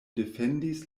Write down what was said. defendis